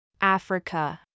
Africa